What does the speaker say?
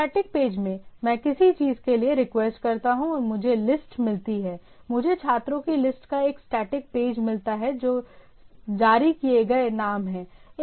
static page में मैं किसी चीज़ के लिए रिक्वेस्ट करता हूं और मुझे लिस्ट मिलती है मुझे छात्रों की लिस्ट का एक स्टैटिक पेज मिलता है जो जारी किए गए नाम है